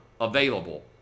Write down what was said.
available